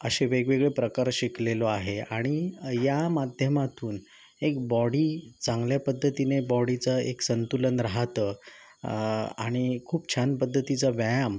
असे वेगवेगळे प्रकार शिकलेलो आहे आणि या माध्यमातून एक बॉडी चांगल्या पद्धतीने बॉडीचं एक संतुलन राहतं आणि खूप छान पद्धतीचा व्यायाम